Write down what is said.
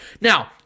Now